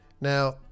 Now